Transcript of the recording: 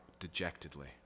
dejectedly